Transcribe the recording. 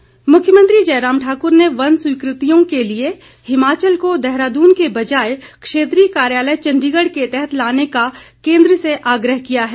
बैठक मुख्यमंत्री जयराम ठाकुर ने वन स्वीकृतियों के लिए हिमाचल को देहरादून के बजाए क्षेत्रीय कार्यालय चण्डीगढ़ के तहत लाने का केंद्र से आग्रह किया है